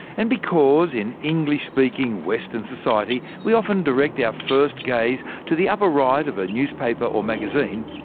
and because in english-speaking western society, we often direct our first gaze to the upper right of a newspaper or magazine,